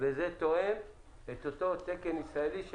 וזה תואם את אותו תקן ישראלי,